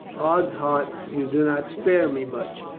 ods heart, you do not spare me much,